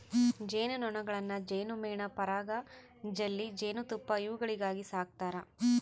ಜೇನು ನೊಣಗಳನ್ನು ಜೇನುಮೇಣ ಪರಾಗ ಜೆಲ್ಲಿ ಜೇನುತುಪ್ಪ ಇವುಗಳಿಗಾಗಿ ಸಾಕ್ತಾರೆ